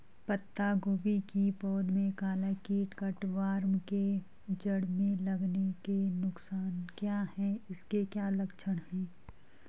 पत्ता गोभी की पौध में काला कीट कट वार्म के जड़ में लगने के नुकसान क्या हैं इसके क्या लक्षण हैं?